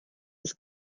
ist